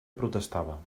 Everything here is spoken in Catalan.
protestava